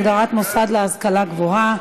הגדרת מוסד להשכלה גבוהה),